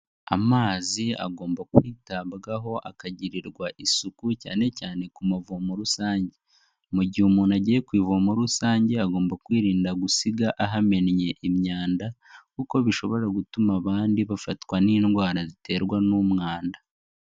Amazi agomba kwitabwabwaho akagirirwa isuku cyane cyane ku mavomo rusange. Mu gihe umuntu agiye ku ivomo rusange, agomba kwirinda gusiga ahamennye imyanda, kuko bishobora gutuma abandi bafatwa n'indwara ziterwa n'umwanda.